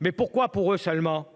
Mais pourquoi eux seulement ?